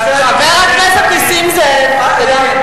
לא היה עד היום, שקידם את הנושאים החברתיים.